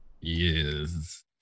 Yes